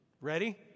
Ready